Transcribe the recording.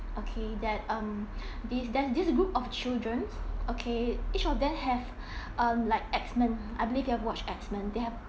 okay that um this there's this group of children okay each of them have(um) like X men I believe you have watched X men they have